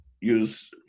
use